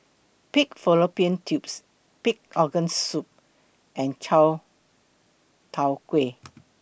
Pig Fallopian Tubes Pig'S Organ Soup and Chai Tow Kuay